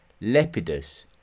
Lepidus